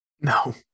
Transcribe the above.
No